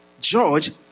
George